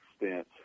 extent